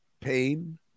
pain